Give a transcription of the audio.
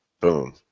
boom